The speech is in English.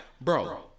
bro